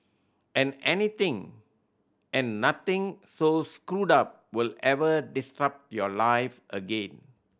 and anything and nothing so screwed up will ever disrupt your life again